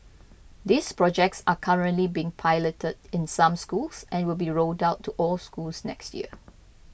these projects are currently being piloted in some schools and will be rolled out to all schools next year